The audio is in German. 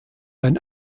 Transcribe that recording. ein